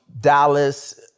Dallas